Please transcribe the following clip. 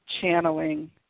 channeling